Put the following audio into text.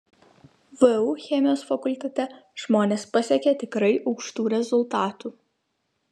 vu chemijos fakultete žmonės pasiekė tikrai aukštų rezultatų